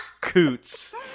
coots